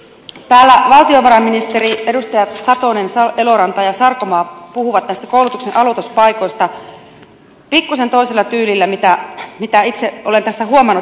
täällä valtiovarainministeri sekä edustajat satonen eloranta ja sarkomaa puhuivat näistä koulutuksen aloituspaikoista pikkuisen toisella tyylillä kuin itse olen tässä huomannut